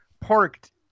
parked